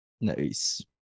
Nice